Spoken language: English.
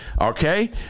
okay